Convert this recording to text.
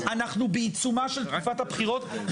אנחנו בעיצומה של תקופת הבחירות,